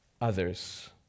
others